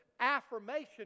affirmation